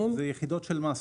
יחידות של מסה,